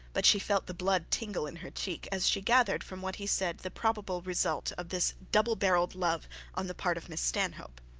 but she felt the blood tingle in her cheek as she gathered from what he said the probable result of this double-barrelled love on the part of miss stanhope.